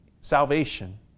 salvation